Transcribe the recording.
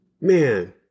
Man